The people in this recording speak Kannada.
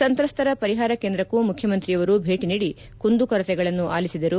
ಸಂತ್ರಸ್ತರ ಪರಿಹಾರ ಕೇಂದ್ರಕ್ಕೂ ಮುಖ್ಯಮಂತ್ರಿಯವರು ಭೇಟಿ ನೀಡಿ ಕುಂದುಕೊರತೆಗಳನ್ನು ಆಲಿಸಿದರು